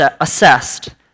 assessed